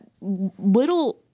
little